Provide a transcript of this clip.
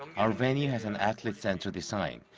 our venue has an athlete-centered design.